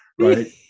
right